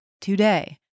today